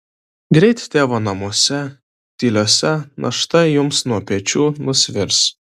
greit tėvo namuose tyliuose našta jums nuo pečių nusvirs